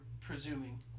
presuming